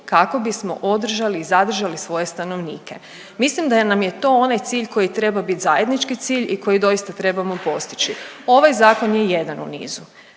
kako bismo održali i zadržali svoje stanovnike. Mislim da nam je to onaj cilj koji treba biti zajednički cilj i koji doista trebamo postići. Ovaj Zakon je jedan u nizu.